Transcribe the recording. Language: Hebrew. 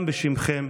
גם בשמכם,